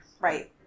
Right